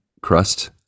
crust